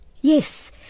Yes